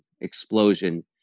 explosion